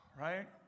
right